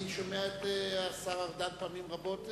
אני שומע את השר ארדן פעמים רבות,